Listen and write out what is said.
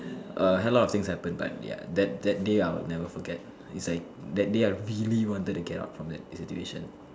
err hell of things happen but ya that that day I will never forget is like that day I really wanted to get out from that institution